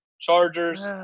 Chargers